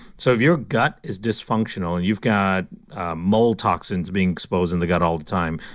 so if your gut is dysfunctional and you've got mold toxins being exposed in the gut all the time,